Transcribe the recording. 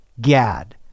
Gad